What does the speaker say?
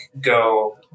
go